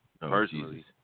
Personally